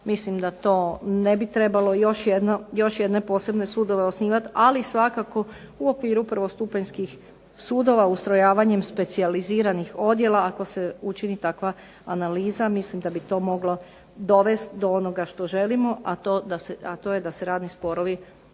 Mislim da to ne bi trebalo još jedne posebne sudove osnivati, ali svakako u okviru prvostupanjskih sudova ustrojavanjem specijaliziranih odjela ako se učini takva analiza mislim da bi to moglo dovesti do onoga što želimo, a to je da se radni sporovi